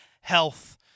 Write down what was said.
health